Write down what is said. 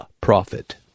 prophet